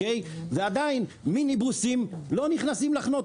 ועדיין מיניבוסים לא נכנסים לחנות,